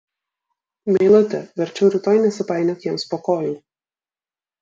meilute verčiau rytoj nesipainiok jiems po kojų